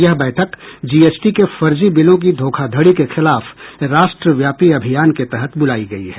यह बैठक जीएसटी के फर्जी बिलों की धोखाधड़ी के खिलाफ राष्ट्रव्यापी अभियान के तहत बुलाई गई है